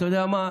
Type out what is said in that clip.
אתה יודע מה,